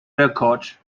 record